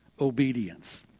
obedience